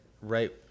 right